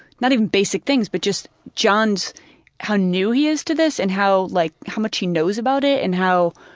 not even basic things, but just john's how new he is to this and how, like, how much he knows about it and how,